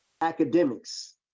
academics